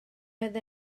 oedd